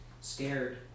scared